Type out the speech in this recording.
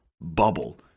bubble